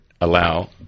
allow